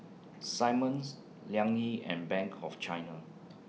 Simmons Liang Yi and Bank of China